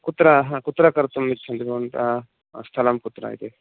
कुत्रः कुत्र कर्तुम् इच्छन्ति भवन्तः स्थलं कुत्र इति